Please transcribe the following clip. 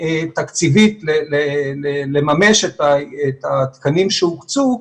תקציבית לממש את התקנים שהוקצו.